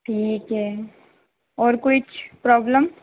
ठीक है और कुछ प्रॉब्लम